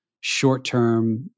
short-term